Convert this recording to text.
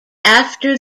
after